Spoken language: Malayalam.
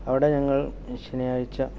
അവിടെ ഞങ്ങൾ ശനിയാഴ്ച